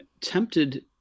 tempted